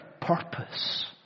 purpose